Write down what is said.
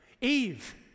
Eve